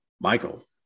michael